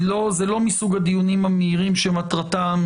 זה לא מסוג הדיונים המהירים שמטרתם